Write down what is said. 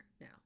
now